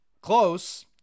close